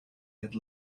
had